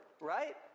right